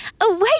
Away